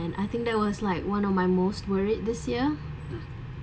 and I think that was like one of my most worried this year